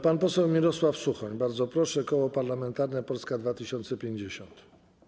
Pan poseł Mirosław Suchoń, bardzo proszę, Koło Parlamentarne Polska 2050.